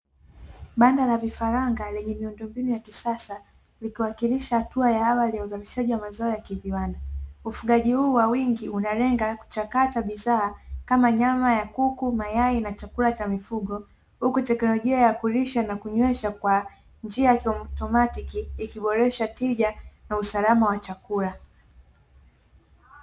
Banda la vifaranga lenye miundombinu ya kisasa, likiwakilisha hatua ya awali ya uzalishaji wa mazao ya kiviwanda. Ufugaji huu wa wingi unalenga kuchakata bidhaa kama nyama ya kuku, mayai na chakula cha mifugo. Huku teknolojia ya kulisha na kunywesha kwa njia ya kiiplomatiki ikiboresha tija na usalama wa chakula.